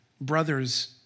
Brothers